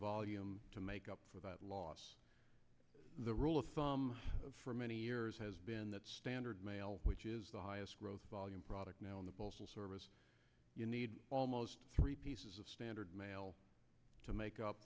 volume to make up for that loss the rule of thumb for many years has been that standard mail which is the highest growth volume product now in the postal service you need almost three pieces of standard mail to make up